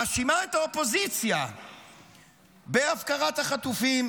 מאשימים את האופוזיציה בהפקרת החטופים,